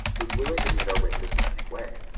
was willing to meet our wishes in any way.